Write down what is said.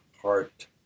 heart